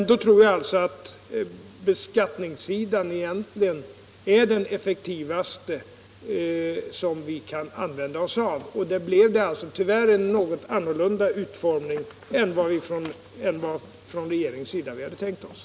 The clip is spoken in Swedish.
Jag tror att beskattningen därvidlag är det effektivaste instrumentet. Men här blev det alltså en något annan utformning än vad regeringen hade tänkt sig.